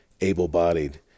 able-bodied